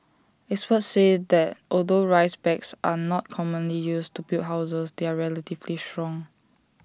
experts say that although rice bags are not commonly used to build houses they are relatively strong